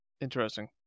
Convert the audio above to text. Interesting